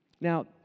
Now